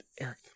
eric